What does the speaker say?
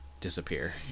disappear